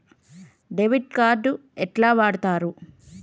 Debit card ఎట్లా వాడుతరు?